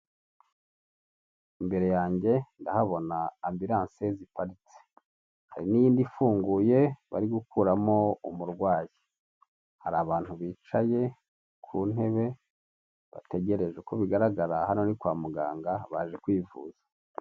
Imbere yanjye ndahabona ambiranse ziparitse, hari nindi ifunguye bari gukuramo umurwayi, hari abantu bicaye ku ntebe bategereje, uko bigaragara hano ari kwa muganga baje kwivuza.